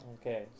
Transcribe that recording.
Okay